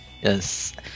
yes